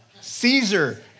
Caesar